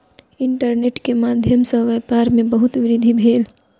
internet के माध्यम सॅ व्यापार में बहुत वृद्धि भेल